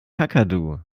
kakadu